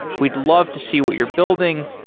we'd love to see what you're building.